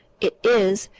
it is,